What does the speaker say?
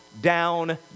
down